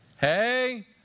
Hey